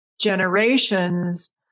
generations